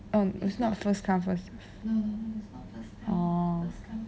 um it's not first come first serve oh